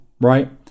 Right